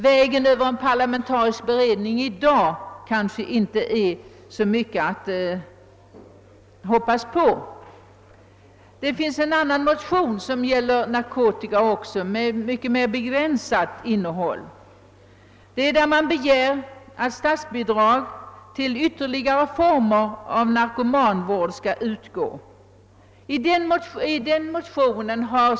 Vägen över en parlamentarisk beredning är nog inte så mycket att hoppas på i dag. En annan motion som också gäller narkotika har ett mycket mer begränsat innehåll. Man begär där att statsbidrag skall utgå till ytterligare former av narkomanvård. Detta har socialstyrelsen tillstyrkt.